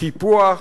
קיפוח,